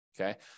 Okay